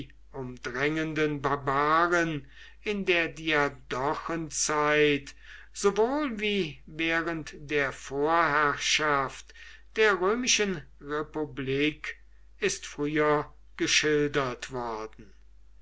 umdrängenden barbaren in der diadochenzeit sowohl wie während der vorherrschaft der römischen republik ist früher geschildert worden